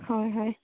হয় হয়